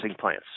plants